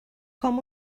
com